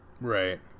Right